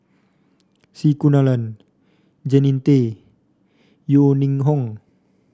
C Kunalan Jannie Tay Yeo Ning Hong